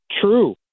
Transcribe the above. true